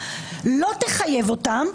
לא תחייב אותם,